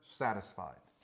satisfied